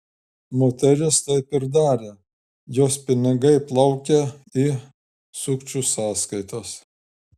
moteris taip ir darė jos pinigai plaukė į sukčių sąskaitas